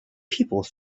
people